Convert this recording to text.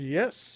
yes